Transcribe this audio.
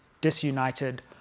disunited